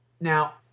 Now